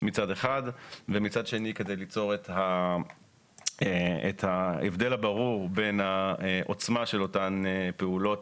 מצד אחד ומצד שני כדי ליצור את ההבדל הברור בין העוצמה של אותן פעולות